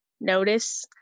notice